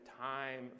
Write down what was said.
time